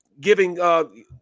giving –